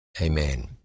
amen